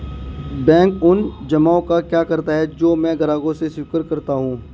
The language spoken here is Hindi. बैंक उन जमाव का क्या करता है जो मैं ग्राहकों से स्वीकार करता हूँ?